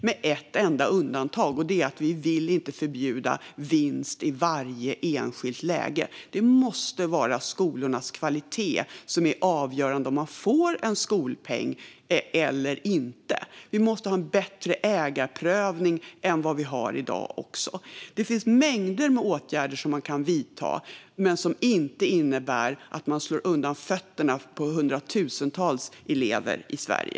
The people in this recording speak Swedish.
Det finns ett enda undantag: Vi vill inte förbjuda vinst i varje enskilt läge. Det måste vara skolornas kvalitet som är avgörande för om de får skolpeng eller inte. Ägarprövningen måste också bli bättre än i dag. Det finns mängder med åtgärder som man kan vidta som inte innebär att man slår undan fötterna för hundratusentals elever i Sverige.